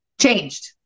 changed